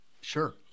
Sure